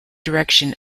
direction